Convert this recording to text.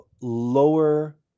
lower